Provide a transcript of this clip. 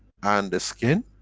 and the skin,